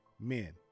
men